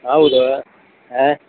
ಹೌದು ಹಾಂ